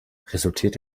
resultiert